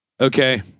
okay